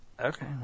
okay